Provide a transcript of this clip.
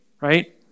right